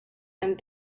and